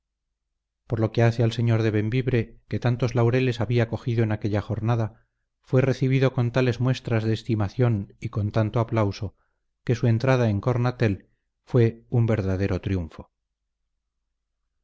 por lo que hace al señor de bembibre que tantos laureles había cogido en aquella jornada fue recibido con tales muestras de estimación y con tanto aplauso que su entrada en cornatel fue un verdadero triunfo